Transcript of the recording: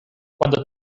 cuando